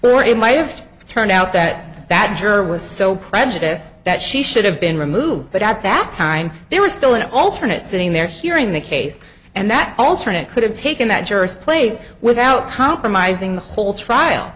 were in might have turned out that that juror was so prejudice that she should have been removed but at that time there was still an alternate sitting there hearing the case and that alternate could have taken that jurist place without compromising the whole to trial